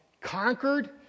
conquered